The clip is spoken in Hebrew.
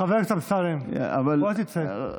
חבר הכנסת אמסלם, בוא, תצא.